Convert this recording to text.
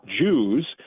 Jews